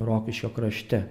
rokiškio krašte